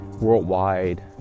worldwide